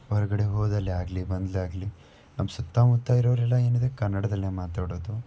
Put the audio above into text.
ಹೊರಗಡೆ ಹೋದಲ್ಲೇ ಆಗಲಿ ಬಂದಲ್ಲೇ ಆಗಲಿ ನಮ್ಮ ಸುತ್ತಮುತ್ತ ಇರೋರೆಲ್ಲ ಏನಿದ್ದರೂ ಕನ್ನಡದಲ್ಲೇ ಮಾತಾಡೋದು